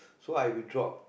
so I withdraw